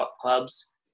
clubs